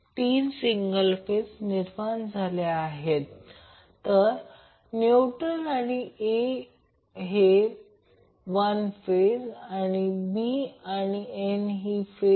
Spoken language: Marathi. म्हणून RL मॅक्झिमम पॉवर ट्रान्सफर प्रमेय असेल ते R g j x g XL असेल